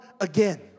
again